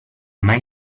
mai